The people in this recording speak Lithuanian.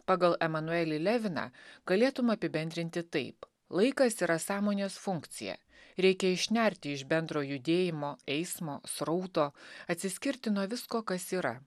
pagal emanuelį leviną galėtum apibendrinti taip laikas yra sąmonės funkcija reikia išnerti iš bendro judėjimo eismo srauto atsiskirti nuo visko kas yra